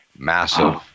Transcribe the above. Massive